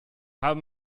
habe